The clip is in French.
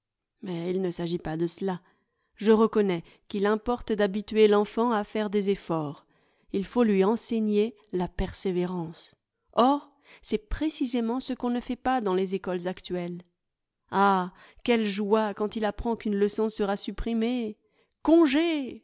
mais il ne s'agit pas de cela je reconnais qu'il importe d'habituer l'enfant à faire des eftbrts il faut lui enseigner la persévérance or c'est précisément ce qu'on ne fait pas dans les écoles actuelles ah quelle joie quand il apprend qu'une leçon sera supprimée congé